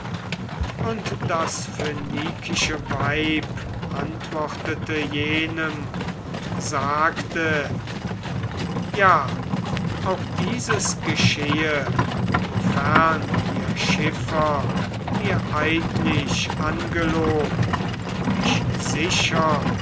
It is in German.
und das phönikische weib antwortete jenem und sagte ja auch dieses geschehe wofern ihr schiffer mir eidlich angelobt mich sicher